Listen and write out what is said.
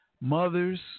mothers